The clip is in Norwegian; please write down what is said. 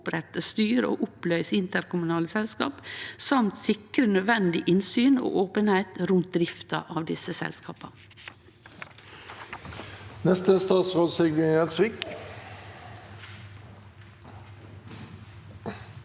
opprette, styre og oppløyse interkommunale selskap og dessutan sikre nødvendig innsyn og openheit rundt drifta av desse selskapa.